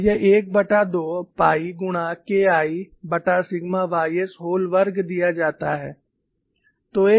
और यह 12 पाई गुणा KIसिग्मा ys व्होल वर्ग दिया जाता है